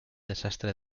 desastre